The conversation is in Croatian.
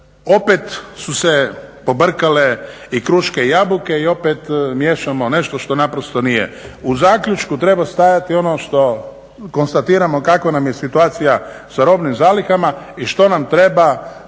opet su se pobrkale i kruške i jabuke i opet miješamo nešto što naprosto nije. U zaključku treba stajati ono što konstatiramo kakva nam je situacija sa robnim zalihama i što nam treba